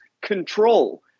control